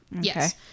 Yes